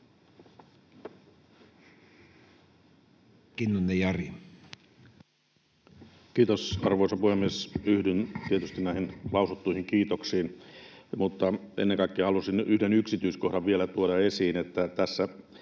Kiitos, arvoisa puhemies! Yhdyn tietysti näihin lausuttuihin kiitoksiin, mutta ennen kaikkea halusin yhden yksityiskohdan vielä tuoda esiin.